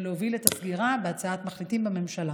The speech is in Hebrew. ולהוביל את הסגירה בהצעת מחליטים בממשלה.